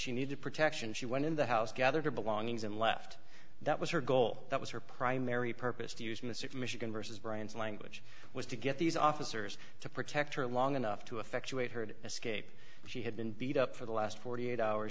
she needed protection she went in the house gathered her belongings and left that was her goal that was her primary purpose to using the sick michigan versus brian's language was to get these officers to protect her long enough to effectuate heard escape she had been beat up for the last forty eight hours